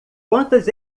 quantas